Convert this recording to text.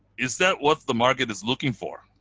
is that what the market is looking for?